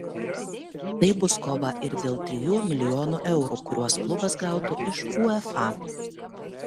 tai bus kova ir dėl trijų milijonų eurų kuriuos klubas gautų iš uefa